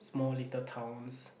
small little towns